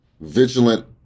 vigilant